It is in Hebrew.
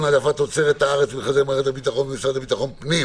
- העדפת תוצרת הארץ במכרזי מערכת הביטחון והמשרד לביטחון הפנים)